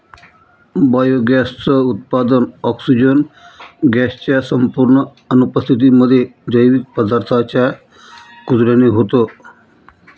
biogas च उत्पादन, oxygen gas च्या संपूर्ण अनुपस्थितीमध्ये, जैविक पदार्थांच्या कुजल्याने होतं